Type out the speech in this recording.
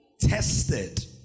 Tested